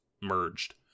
merged